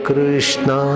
Krishna